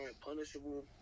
punishable